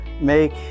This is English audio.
make